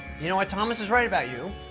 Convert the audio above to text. you know what? thomas is right about you.